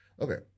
okay